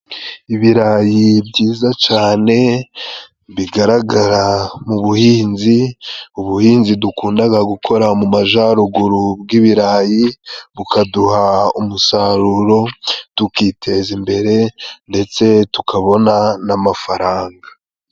Ibirayi byiza cane bigaragara mu buhinzi, ubuhinzi dukundaga gukora mu majaruguru bw'ibirayi, bukaduha umusaruro tukiteza imbere ndetse tukabona n'amafaranga.